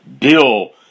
Bill